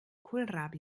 kohlrabi